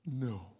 No